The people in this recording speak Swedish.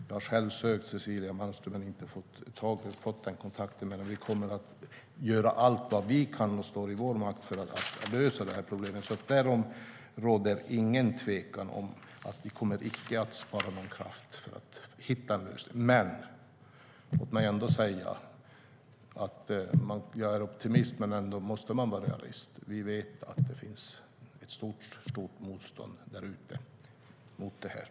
Jag har själv sökt Cecilia Malmström men inte fått den kontakten. Vi kommer att göra allt vad vi kan som står i vår makt för att lösa problemet. Därom råder ingen tvekan. Vi kommer icke att spara någon kraft för att hitta en lösning. Jag är optimist, men låt mig ändå säga att man måste vara realist. Vi vet att det finns ett stort motstånd därute mot detta.